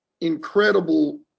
incredible